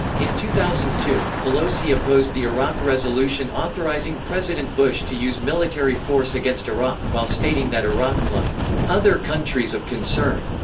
in two thousand and two, pelosi opposed the iraq resolution authorizing president bush to use military force against iraq, while stating that iraq, like other countries of concern,